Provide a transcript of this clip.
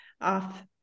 off